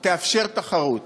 תאפשר תחרות.